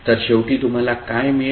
तर शेवटी तुम्हाला काय मिळेल